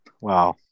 Wow